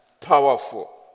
powerful